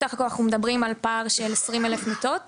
סך הכל אנחנו מדברים על פער שעומד על כ-20,000 מיטות וגם,